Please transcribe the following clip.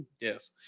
Yes